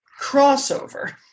Crossover